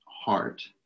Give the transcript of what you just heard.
heart